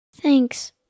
Thanks